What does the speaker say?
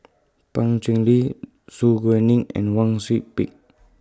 Pan Cheng Lui Su Guaning and Wang Sui Pick